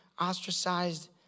ostracized